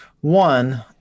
One